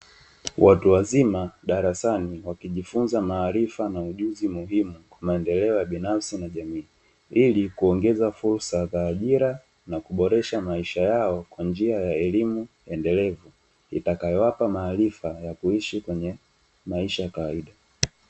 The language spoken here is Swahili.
Watu wazima darasani wakijifunza maarifa na ujuzi muhimu kwa maendeleo binafsi na jamii, ili kuongeza fursa za ajira na kuboresha maisha yao kwa njia ya elimu endelevu, itakayowapa maarifa ya kuishi kwenye maisha ya kawaida.